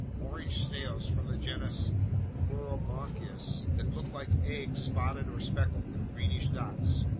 orange snails from the genus pleurobranchus that looked like eggs spotted or speckled with greenish dots,